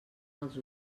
els